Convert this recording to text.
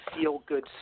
feel-good